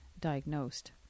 diagnosed